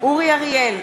אורי אריאל,